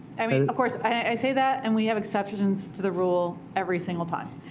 i mean, of course, i say that, and we have exceptions to the rule every single time.